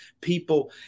people